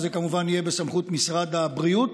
וזה כמובן יהיה בסמכות משרד הבריאות.